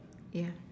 ya